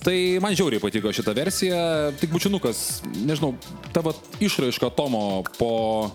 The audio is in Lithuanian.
tai man žiauriai patiko šita versija tik bučinukas nežinau tavo išraišką tomo po